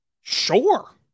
Sure